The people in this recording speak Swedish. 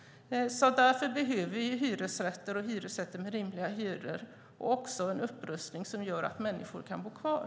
Därför behöver vi hyresrätter, och hyresrätter med rimliga hyror. Vi behöver också en upprustning som gör att människor kan bo kvar.